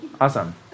Awesome